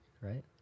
right